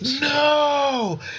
no